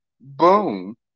Boom